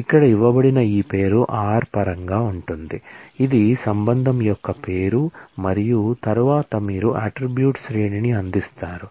ఇక్కడ ఇవ్వబడిన ఈ పేరు r పరంగా ఉంటుంది ఇది రిలేషన్ యొక్క పేరు మరియు తరువాత మీరు అట్ట్రిబ్యూట్స్ శ్రేణిని అందిస్తారు